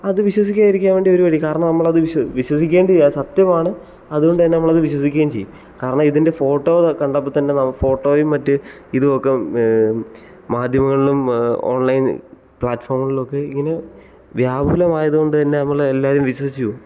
അത് വിശ്വസിക്കാതിരിക്കാൻ വേണ്ടി ഒരു വഴി കാരണം അത് വിശ്വസ് വിശ്വസിക്കേണ്ടി അത് സത്യമാണ് അതുകൊണ്ട് തന്നെ അത് നമ്മളത് വിശ്വസിക്കുകയും ചെയ്യും കരണം ഇതിൻ്റെ ഫോട്ടോ കണ്ടപ്പോൾ തന്നെ ഫോട്ടോയും മറ്റ് ഇതുമൊക്കെ മാധ്യമങ്ങളിലും ഓൺലൈൻ പ്ലാറ്റഫോമുകളിലൊക്കെ ഇങ്ങനെ വ്യാപുലമായത് കൊണ്ട് തന്നെ നമ്മൾ എല്ലാവരും വിശ്വസിച്ചു പോകും